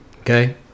Okay